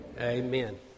Amen